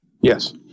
Yes